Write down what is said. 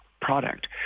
product